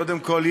קודם כול,